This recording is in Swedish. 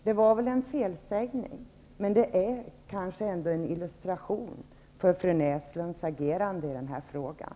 Det var väl en felsägning, men det är kanske ändå en illustration av fru Näslunds agerande i den här frågan.